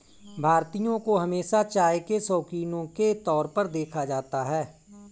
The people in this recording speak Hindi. भारतीयों को हमेशा चाय के शौकिनों के तौर पर देखा जाता है